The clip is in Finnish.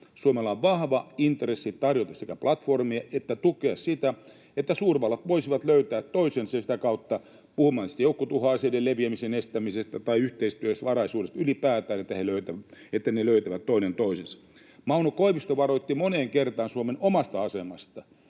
Suomella on vahva intressi sekä tarjota platformia että tukea sitä, että suurvallat voisivat löytää toisensa sitä kautta, puhumme sitten joukkotuhoaseiden leviämisen estämisestä tai yhteistyövaraisuudesta ylipäätään, niin että ne löytävät toinen toisensa. Mauno Koivisto varoitti moneen kertaan Suomen omasta asemasta,